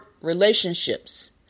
relationships